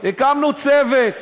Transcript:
הקמנו צוות: